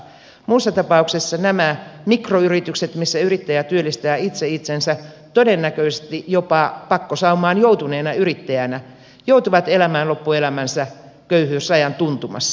muussa tapauksessa nämä mikroyritykset missä yrittäjä työllistää itse itsensä todennäköisesti jopa pakkosaumaan joutuneena yrittäjänä joutuvat elämään loppuelämänsä köyhyysrajan tuntumassa